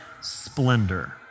splendor